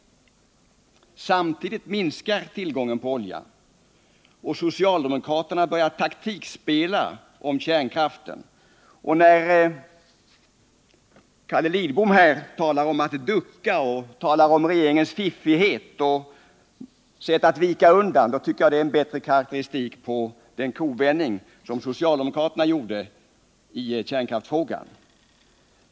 Samtidigt minskar tillgången på olja, och socialdemokraterna börjar taktikspela om kärnkraften. Carl Lidbom sade här att regeringen duckade, och han talade om regeringens fiffighet att vika undan. Jag tycker att detta är en bättre karakteristik av den kovändning som socialdemokraterna gjorde i kärnkraftsfrågan.